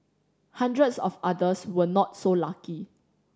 hundreds of others were not so lucky